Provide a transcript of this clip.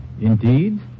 Indeed